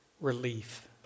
Relief